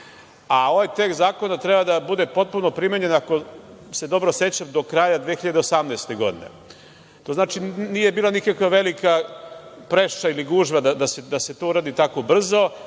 A ovaj tekst zakona treba da bude potpuno primenjen, ako se dobro sećam do kraja 2018. godine. To znači nije bila nikakva velika preša ili gužva da se to uradi tako